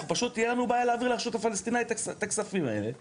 פשוט תהיה לנו בעיה להעביר לרשות הפלסטינית את הכספים האלה בעתיד,